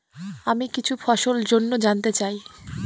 আমি কিছু ফসল জন্য জানতে চাই